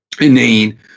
inane